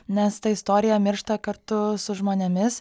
nes ta istorija miršta kartu su žmonėmis